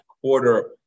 quarter